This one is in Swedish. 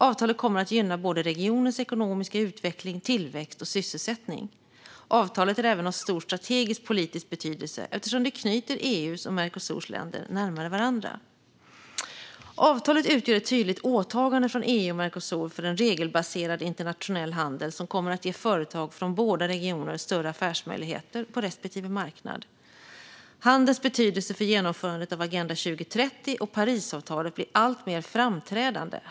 Avtalet kommer att gynna båda regioners ekonomiska utveckling, tillväxt och sysselsättning. Avtalet är även av stor strategisk-politisk betydelse eftersom det knyter EU:s och Mercosurs länder närmare varandra. Avtalet utgör ett tydligt åtagande från EU och Mercosur om en regelbaserad internationell handel som kommer att ge företag från båda regioner större affärsmöjligheter på respektive marknad. Handelns betydelse för genomförandet av Agenda 2030 och Parisavtalet blir alltmer framträdande.